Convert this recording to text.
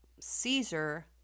Caesar